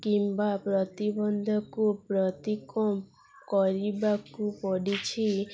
କିମ୍ବା ପ୍ରତିବନ୍ଧକ ପ୍ରତି କମ କରିବାକୁ ପଡ଼ିଛି